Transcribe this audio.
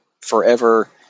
forever